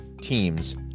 teams